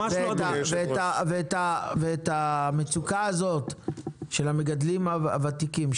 את המצוקה הזאת של המגדלים הוותיקים,